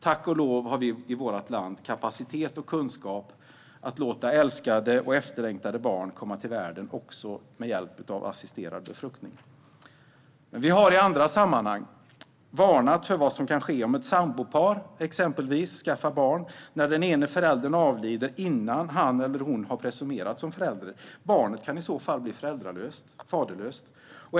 Tack och lov har vi i vårt land kapacitet och kunskap att låta älskade och efterlängtade barn komma till världen också med hjälp av assisterad befruktning. Men vi har i andra sammanhang varnat för vad som kan ske om ett sambopar skaffar barn och den ena föräldern avlider innan han eller hon har presumerats vara förälder. Barnet kan i så fall bli faderlöst.